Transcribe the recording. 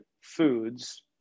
foods